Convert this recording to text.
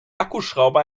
akkuschrauber